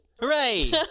Hooray